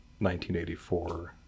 1984